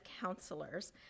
counselors